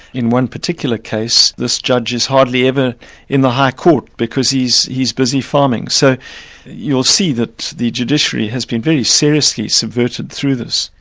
in one particular case, this judge is hardly ever in the high court, because he's he's busy farming. so you'll see that the judiciary has been very seriously subverted through this.